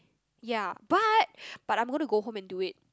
ya but but I'm gonna go home and do it